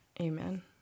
Amen